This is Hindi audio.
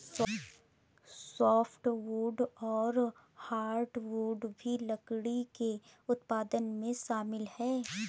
सोफ़्टवुड और हार्डवुड भी लकड़ी के उत्पादन में शामिल है